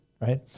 right